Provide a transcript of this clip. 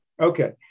okay